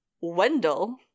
Wendell